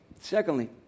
Secondly